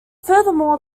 furthermore